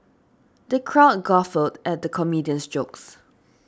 the crowd guffawed at the comedian's jokes